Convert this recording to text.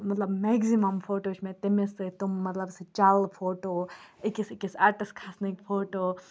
مطلب مٮ۪کزِمَم فوٹوز چھِ مےٚ تٔمِس سۭتۍ تٕم مطلب سُہ چَلہٕ فوٹو أکِس أکِس اَٹَس کھَسنٕکۍ فوٹو